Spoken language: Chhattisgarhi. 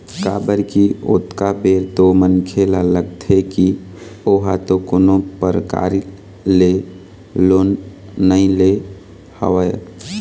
काबर की ओतका बेर तो मनखे ल लगथे की ओहा तो कोनो परकार ले लोन नइ ले हवय